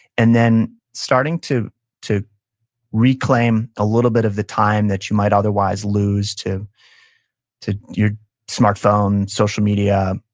and then starting to to reclaim a little bit of the time that you might otherwise lose to to your smartphone, social media,